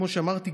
כמו שאמרתי,